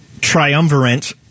triumvirate